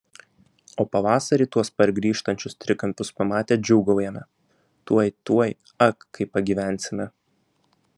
o pavasarį tuos pargrįžtančius trikampius pamatę džiūgaujame tuoj tuoj ak kaip pagyvensime